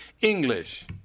English